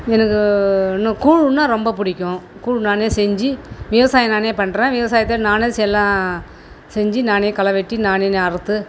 எனக்கு இன்னும் கூழ்னா ரொம்ப பிடிக்கும் கூழ் நானே செஞ்சி விவசாயம் நானே பண்ணுறேன் விவசாயத்தை நானே எல்லாம் செஞ்சி நானே களை வெட்டி நானே அறுத்து